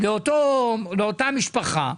לאותה משפחה,